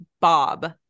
Bob